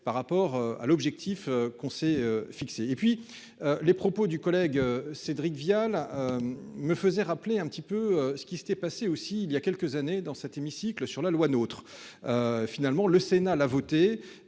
par rapport à l'objectif qu'on s'est fixé et puis. Les propos du collègue Cédric Vial. Me faisait rappeler un petit peu ce qui s'était passé aussi il y a quelques années dans cet hémicycle sur la loi notre. Finalement le Sénat l'a voté.